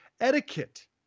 etiquette